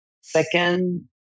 Second